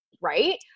right